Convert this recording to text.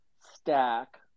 stack